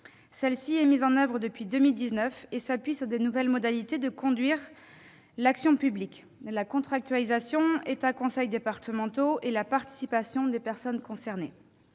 stratégie est mise en oeuvre depuis 2019 et s'appuie sur de nouvelles modalités de conduite de l'action publique : la contractualisation entre l'État et les départements et la participation des personnes concernées.